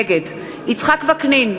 נגד יצחק וקנין,